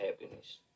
happiness